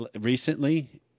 recently